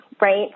right